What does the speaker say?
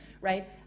right